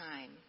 time